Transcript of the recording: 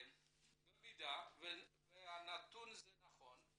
במידה והנתון הזה נכון,